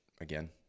again